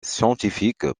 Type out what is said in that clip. scientifiques